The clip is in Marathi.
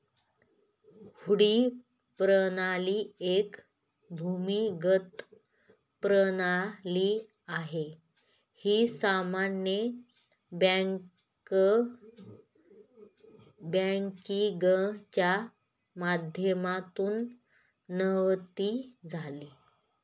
हुंडी प्रणाली एक भूमिगत प्रणाली आहे, ही सामान्य बँकिंगच्या माध्यमातून नव्हती झाली